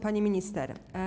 Pani Minister!